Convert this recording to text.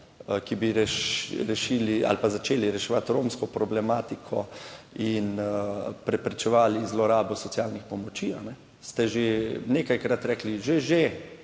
ali pa začeli reševati romsko problematiko in preprečevali zlorabo socialnih pomoči, ste že nekajkrat rekli, že, že,